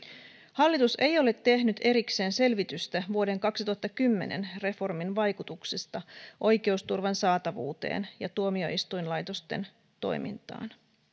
hallitus ei ole tehnyt erikseen selvitystä vuoden kaksituhattakymmenen reformin vaikutuksista oikeusturvan saatavuuteen ja tuomioistuinlaitosten toimintaan